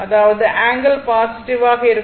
அதாவது angle positive ஆக இருக்கும்